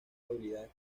habilidades